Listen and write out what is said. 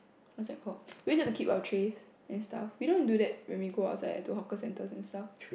what's that called we always have to keep our trays and stuff we don't do that when we go outside at to hawker centres and stuff